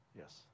Yes